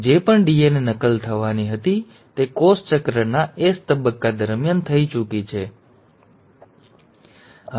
જે પણ ડીએનએ નકલ થવાની હતી તે કોષ ચક્રના એસ તબક્કા દરમિયાન થઈ ચૂકી છે તે હવે થઈ રહ્યું નથી